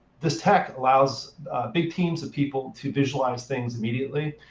this tech allows big teams of people to visualize things immediately.